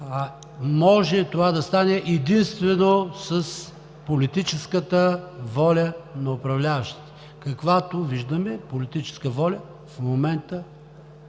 може да стане единствено с политическата воля на управляващите, каквато, виждаме, политическа воля в момента